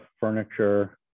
furniture